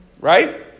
right